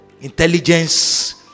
intelligence